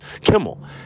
Kimmel